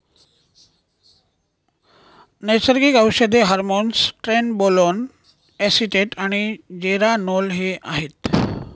नैसर्गिक औषधे hormones trenbolone acetate आणि जेरानोल हे आहेत